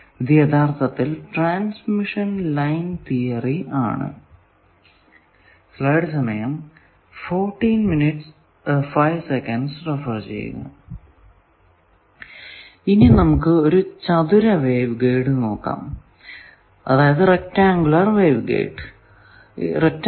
ഇത് യഥാർത്ഥത്തിൽ transmission line theory ആണ് ഇനി നമുക്ക് ഒരു റെക്ടാങ്കുലാർ വേവ് ഗൈഡ് നോക്കാം